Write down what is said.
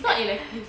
it's not elective